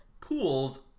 pools